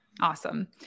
Awesome